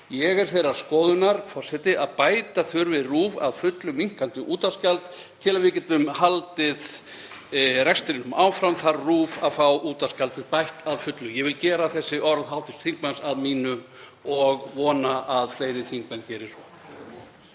Ég er þeirrar skoðunar, forseti, að bæta þurfi RÚV upp að fullu minnkandi útvarpsgjald. Til að við getum haldið rekstrinum áfram þarf RÚV að fá útvarpsgjaldið bætt að fullu. “ Ég vil gera þessi orð hv. þingmanns að mínum og vona að fleiri þingmenn geri svo.